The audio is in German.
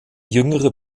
jüngere